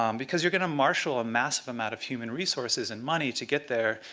um because you're going to marshall a massive amount of human resources and money to get there,